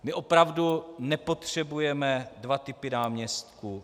My opravdu nepotřebujeme dva typy náměstků.